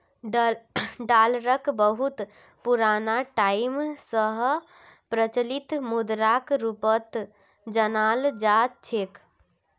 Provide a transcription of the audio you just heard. डालरक बहुत पुराना टाइम स प्रचलित मुद्राक रूपत जानाल जा छेक